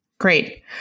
Great